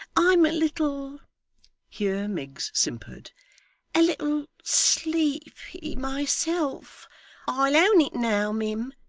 i'm a little' here miggs simpered a little sleepy myself i'll own it now, mim,